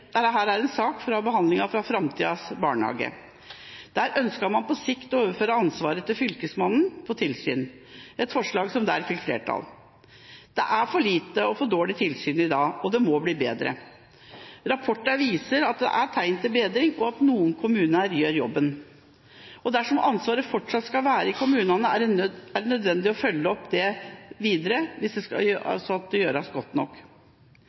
Der ønsket man på sikt å overføre ansvaret for tilsyn til Fylkesmannen – et forslag som der fikk flertall. Det er for lite og for dårlig tilsyn i dag, og det må bli bedre. Rapporter viser at det er tegn til bedring, og at noen kommuner gjør jobben. Dersom ansvaret fortsatt skal være i kommunene, er det nødvendig å følge opp at det gjøres godt nok